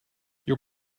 your